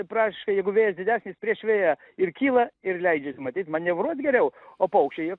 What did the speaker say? praktiškai jeigu vėjas didesnis prieš vėją ir kyla ir leidžiasi matyt manevruot geriau o paukščiai jie